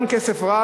גם כסף רב,